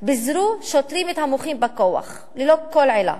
פיזרו שוטרים את המוחים בכוח ללא כל עילה